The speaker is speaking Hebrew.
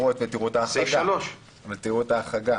סעיף 3. או תראו את ההחרגה.